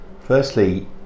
Firstly